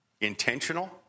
intentional